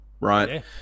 right